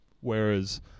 whereas